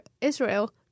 Israel